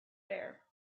there